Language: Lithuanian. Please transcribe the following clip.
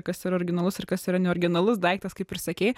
kas yra originalus ir kas yra neoriginalus daiktas kaip ir sakei